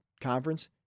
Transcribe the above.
Conference